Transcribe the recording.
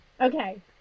Okay